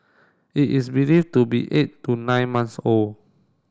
it is believed to be eight to nine months old